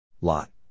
Lot